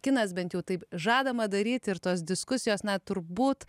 kinas bent jau taip žadama daryti ir tos diskusijos na turbūt